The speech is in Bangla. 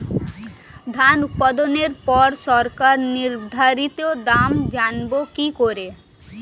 ধান উৎপাদনে পর সরকার নির্ধারিত দাম জানবো কি করে?